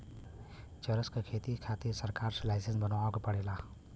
चरस क खेती करे खातिर सरकार से लाईसेंस बनवाए के पड़ेला